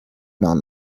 non